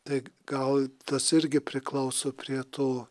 tai gal tas irgi priklauso prie to